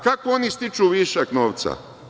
Kako oni stiču višak novca?